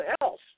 else